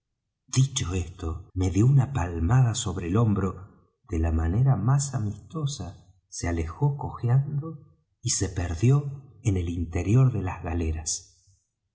dicho esto me dió una palmada sobre el hombro de la manera más amistosa se alejó cojeando y se perdió en el interior de las galeras